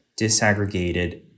disaggregated